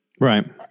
Right